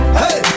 hey